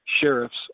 sheriffs